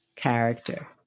Character